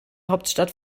hauptstadt